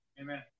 Amen